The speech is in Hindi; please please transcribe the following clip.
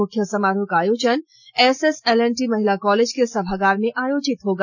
मुख्य समारोह का आयोजन एसएसएलएनटी महिला कॉलेज के सभागार में आयोजित होगा